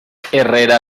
herrera